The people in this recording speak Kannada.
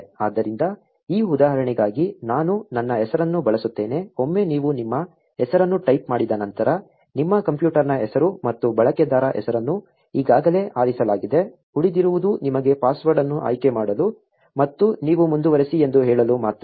ಆದ್ದರಿಂದ ಈ ಉದಾಹರಣೆಗಾಗಿ ನಾನು ನನ್ನ ಹೆಸರನ್ನು ಬಳಸುತ್ತೇನೆ ಒಮ್ಮೆ ನೀವು ನಿಮ್ಮ ಹೆಸರನ್ನು ಟೈಪ್ ಮಾಡಿದ ನಂತರ ನಿಮ್ಮ ಕಂಪ್ಯೂಟರ್ನ ಹೆಸರು ಮತ್ತು ಬಳಕೆದಾರ ಹೆಸರನ್ನು ಈಗಾಗಲೇ ಆರಿಸಲಾಗಿದೆ ಉಳಿದಿರುವುದು ನಿಮಗೆ ಪಾಸ್ವರ್ಡ್ ಅನ್ನು ಆಯ್ಕೆ ಮಾಡಲು ಮತ್ತು ನೀವು ಮುಂದುವರಿಸಿ ಎಂದು ಹೇಳಲು ಮಾತ್ರ